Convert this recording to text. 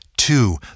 Two